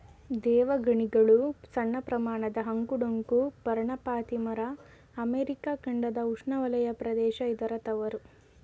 ದೇವಗಣಿಗಲು ಸಣ್ಣಪ್ರಮಾಣದ ಅಂಕು ಡೊಂಕು ಪರ್ಣಪಾತಿ ಮರ ಅಮೆರಿಕ ಖಂಡದ ಉಷ್ಣವಲಯ ಪ್ರದೇಶ ಇದರ ತವರು